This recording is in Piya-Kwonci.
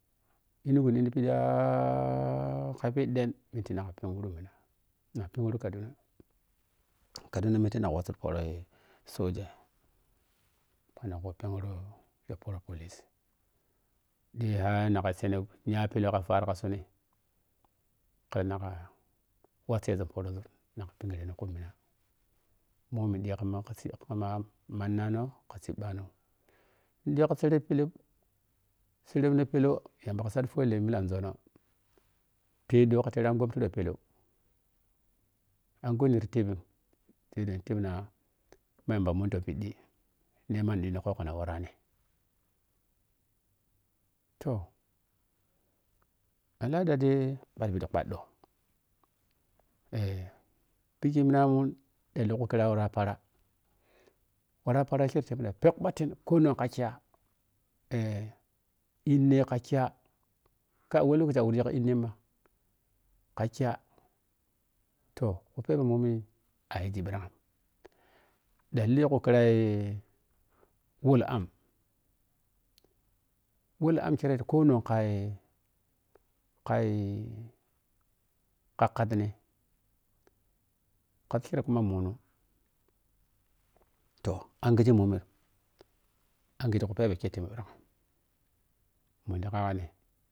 Enugu ne diguntipiƌi har khai peƌen mudnteh nagha pengru mina, na peng kadunam kaduna minaneh nagha wossu pohroi soja toh nagha worru pe gru pohro police ƌigihar nikha sene nyapelou kha faar kha tsuni ku nagha wossezun pohroz nagha pengreno khu mina mbomi khama mannano, kha sibɓanɔ nigi kha sereb pelou, sereb nɔ peloh yamba kha saƌou pelou angum wei nira tebbim sai dai nin tebbina ma yamba mun toh pidi nema ni nighim ti khokko na warani toh! Al’ada dai kpa dca piƌi kpaddou pikkei minamun ƌello khukhira wara par warra para kei ti mina pep kpatti konong kha kya inne kha kya, kai wani lokaci awargi kha innemma kha kya toh khu phebe mbomi ayigi ɓirang ƌanlii khu khin wotam-wol-amklirei konong khai kaii kha khas ni khas kirei kuma munɔ toh angigem mbomim angige khu phebe kei tebmun ɓirang mudagu kha yaggi neh.